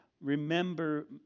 Remember